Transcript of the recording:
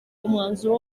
umwanzuro